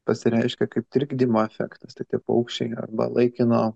pasireiškia kaip trikdymo efektas tai tie paukščiai arba laikino